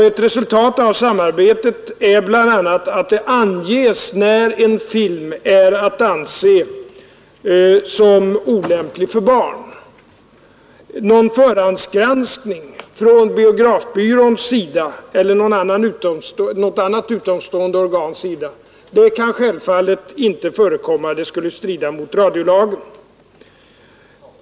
Ett resultat av samarbetet är bl.a. att det anges när en film är att anse som olämplig för barn. Någon förhandsgranskning från biografbyråns sida eller något annat utomstående organs sida kan självfallet inte förekomma — det skulle strida mot radiolagen.